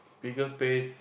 bigger space